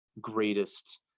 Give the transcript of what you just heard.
greatest